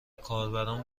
کاربران